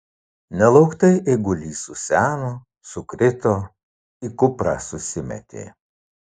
nelauktai eigulys suseno sukrito į kuprą susimetė